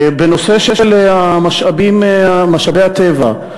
בנושא של משאבי הטבע.